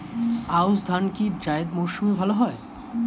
আউশ ধান কি জায়িদ মরসুমে ভালো হয়?